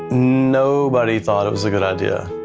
nobody thought it was a good idea,